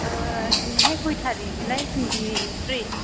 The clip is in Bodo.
दिनैहाय कय तारिखमोनलाय टुवेन्टिथ्रि